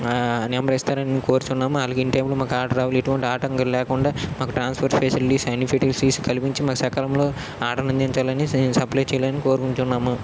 number ఇస్తారని కోరుచున్నాము అలాగే ఇన్టైమ్లో మాకు ఆర్డర్ అవైలిబిలిటీ మాకు ఎటువంటి ఆటంకం లేకుండా మాకు ట్రాన్స్పోర్ట్ ఫెసిలిటీస్ అన్ని ఫ్యాటిలిటీస్ కల్పించి మాకు సకాలంలో ఆర్డర్ని అందించాలని సప్లై చేయాలని కోరుకొనుచున్నాము